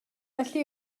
felly